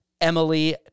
emily